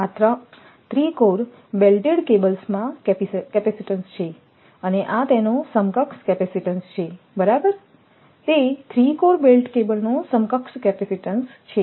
આ 3 core belted કેબલમાં capacitance છે અને આ તેનો સમકક્ષ કેપેસિટીન્સ છે બરાબર તે 3 કોર બેલ્ટ્ડ કેબલનો સમકક્ષ કેપેસિટીન્સ છે